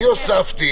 אני הוספתי